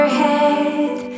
head